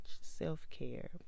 self-care